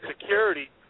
security